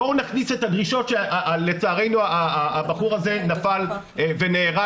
בואו נכניס את הדרישות ש לצערנו הבחור הזה נפל ונהרג,